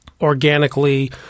organically